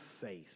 faith